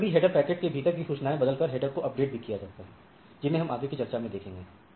कभी कभी header packet कि भीतर की सूचनाएं बदलकर हेडर को अपडेट भी किया जाता है जिन्हें हम आगे की चर्चा में देखेंगे